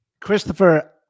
Christopher